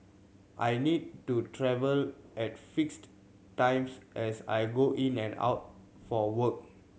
i need to travel at fixed times as I go in and out for work